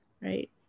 right